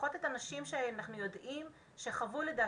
לפחות את הנשים שאנחנו יודעים שחוו לידה